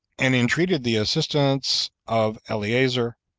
and entreated the assistance of eleazar,